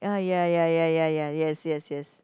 oh ya ya ya ya ya yes yes yes